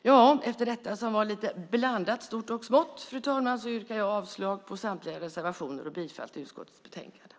Ja, efter detta som var lite blandat stort och smått, fru talman, yrkar jag avslag på samtliga reservationer och bifall till förslaget i utskottets betänkande.